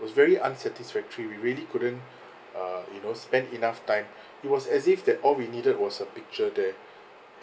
was very unsatisfactory we really couldn't uh you know spend enough time it was as if that all we needed was a picture there